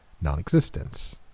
non-existence